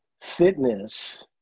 fitness